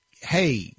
Hey